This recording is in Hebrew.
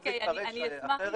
אם זה התפרש אחרת --- אוקיי,